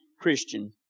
Christian